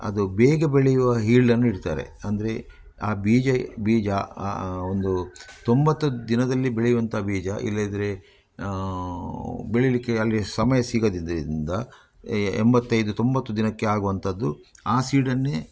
ಅದು ಬೇಗ ಬೆಳೆಯುವ ಹೀಲ್ಡನ್ನು ಇಡ್ತಾರೆ ಅಂದರೆ ಆ ಬೀಜ ಬೀಜ ಆ ಆ ಒಂದು ತೊಂಬತ್ತು ದಿನದಲ್ಲಿ ಬೆಳೆಯುವಂಥ ಬೀಜ ಇಲ್ಲದಿದರೆ ಬೆಳಿಲಿಕ್ಕೆ ಅಲ್ಲಿ ಸಮಯ ಸಿಗದಿದ್ದರಿಂದ ಎಂಬತ್ತೈದು ತೊಂಬತ್ತು ದಿನಕ್ಕೆ ಆಗುವಂಥದ್ದು ಆ ಸೀಡನ್ನೇ